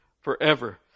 forever